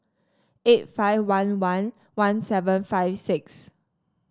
eight five one one one seven five six